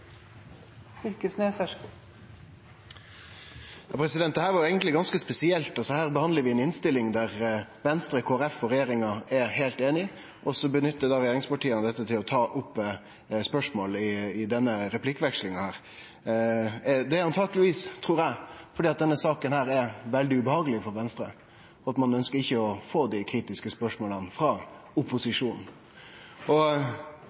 heilt einige, og så nyttar da regjeringspartia dette til å ta opp spørsmål i denne replikkvekslinga. Det er sannsynlegvis – trur eg – fordi denne saka er veldig ubehageleg for Venstre, og at ein ikkje ønskjer å få dei kritiske spørsmåla frå